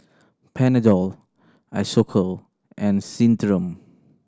Panadol Isocal and